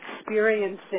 experiencing